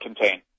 contain